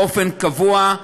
באופן קבוע,